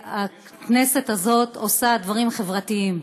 והכנסת הזאת עושה דברים חברתיים.